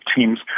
teams